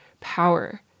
power